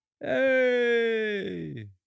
Hey